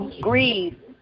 Greed